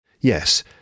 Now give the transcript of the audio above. Yes